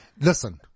Listen